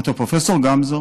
אמרתי לו: פרופ' גמזו,